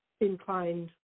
inclined